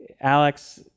Alex